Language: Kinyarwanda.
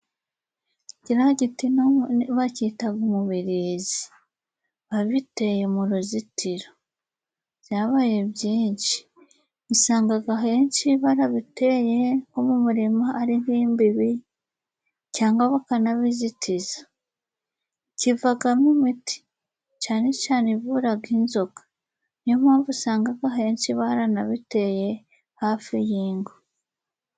Gino giti bacyitaga umubirizi, babiteye mu ruzitiro byabaye byinshi usangaga ahenshi barabiteye nko mu murima ari nk'imbibi cyangwa bakanabizitiza. Kivagamo umuti cane cane ivuraga inzoka niyo mpamvu usangaga ahenshi baranabiteye hafi y'ingo.